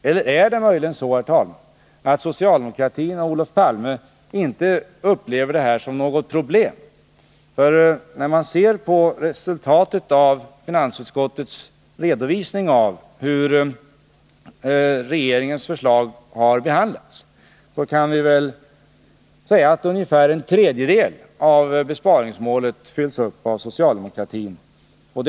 Eller är det möjligen så, herr talman, att socialdemokratin och Olof Palme inte upplever detta som något problem? När vi ser på resultatet av finansutskottets redovisning av hur regeringsförslaget har behandlats, så finner vi att man kan säga att ungefär hälften av besparingsmålet fylls upp genom de socialdemokratiska förslagen.